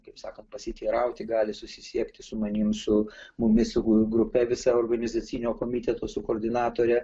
kaip sakant pasiteirauti gali susisiekti su manim su mumis su gu grupe visa organizacinio komiteto su koordinatore